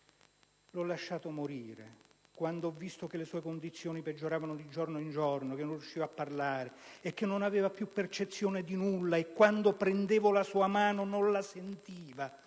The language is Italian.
L'ho lasciato morire. Quando ho visto che le sue condizioni peggioravano di giorno in giorno, che non riusciva a parlare e che non aveva più percezione di nulla, e che quando prendevo la sua mano non la sentiva,